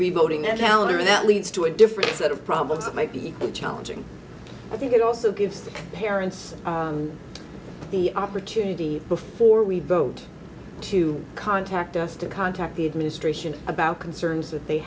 rebuilding that town or that leads to a different set of problems that might be challenging i think it also gives the parents the opportunity before we vote to contact us to contact the administration about concerns that they